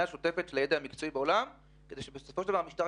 שוטפת של הידע המקצועי בעולם כדי שבסופו של דבר המשטרה